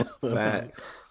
Facts